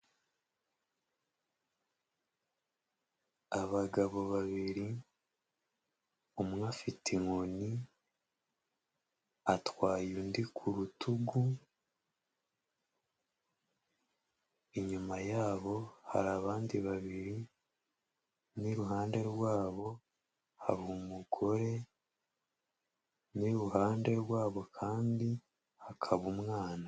Abagabo babiri, umwe afite inkoni, atwaye undi ku rutugu, inyuma yabo hari abandi babiri, n'iruhande rwabo hari umugore, n'iruhande rwabo kandi hakaba umwana.